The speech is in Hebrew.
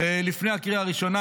לפני הקריאה הראשונה,